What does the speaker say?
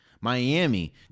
Miami